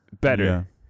better